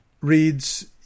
reads